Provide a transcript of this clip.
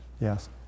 Yes